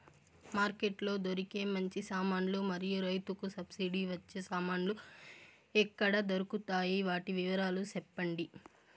Market లో దొరికే మంచి సామాన్లు మరియు రైతుకు సబ్సిడి వచ్చే సామాన్లు ఎక్కడ దొరుకుతాయి? వాటి వివరాలు సెప్పండి?